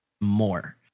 more